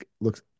looks